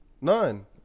None